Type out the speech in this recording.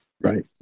Right